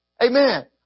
Amen